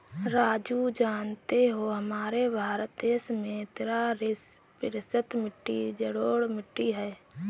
राजू जानते हो हमारे भारत देश में तिरालिस प्रतिशत मिट्टी जलोढ़ मिट्टी हैं